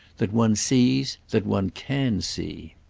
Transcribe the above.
that one sees, that one can see.